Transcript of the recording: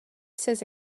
ses